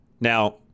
Now